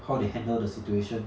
how they handle the situation